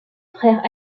frère